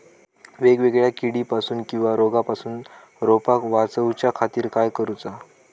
वेगवेगल्या किडीपासून किवा रोगापासून रोपाक वाचउच्या खातीर काय करूचा?